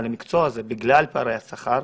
בכלל ללכת למקצוע הזה בגלל פערי השכר,